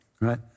right